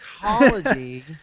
psychology